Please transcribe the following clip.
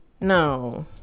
No